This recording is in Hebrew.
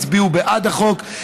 הצביעו בעד החוק.